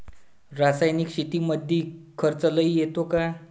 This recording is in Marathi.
रासायनिक शेतीमंदी खर्च लई येतो का?